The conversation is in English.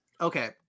okay